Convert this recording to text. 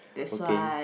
okay